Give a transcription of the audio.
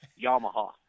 Yamaha